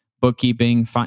bookkeeping